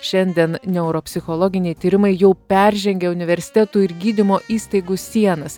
šiandien neuropsichologiniai tyrimai jau peržengė universitetų ir gydymo įstaigų sienas